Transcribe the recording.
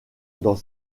dans